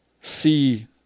see